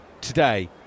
today